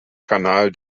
kanal